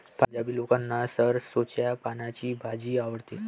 पंजाबी लोकांना सरसोंच्या पानांची भाजी आवडते